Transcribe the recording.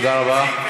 תודה רבה.